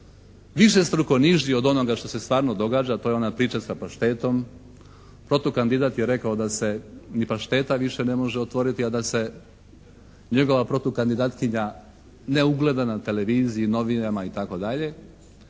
višestruko niži od onoga što se stvarno događa, a to je ona priča sa paštetom, protukandidat je rekao da se ni pašteta više ne može otvoriti, a da se njegova protukandidatkinja ne ugleda na televiziji, novinama itd.,